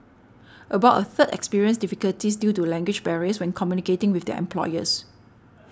about a third experienced difficulties due to language barriers when communicating with their employers